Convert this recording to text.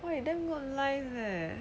!wah! you damn good life leh